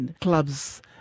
clubs